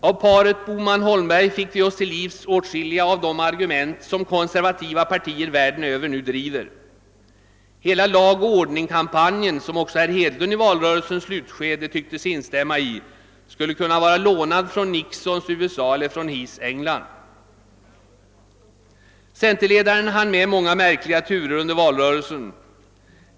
Av paret Bohman-Holmberg fick vi också till livs åtskilliga av de argument som konservativa partier världen över nu driver. Hela »lag och ordning»-kam panjen — som också herr Hedlund i valrörelsens slutskede tycktes instämma i — skulle kunna vara lånad från Nixons USA eller från Heaths England. Centerledaren hann med många märkliga turer under valrörelsen.